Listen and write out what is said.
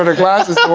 and glasses ah but